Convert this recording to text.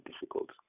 difficult